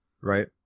right